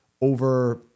over